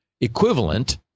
equivalent